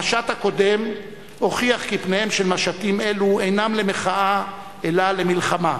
המשט הקודם הוכיח כי פניהם של משטים אלו אינם למחאה אלא למלחמה.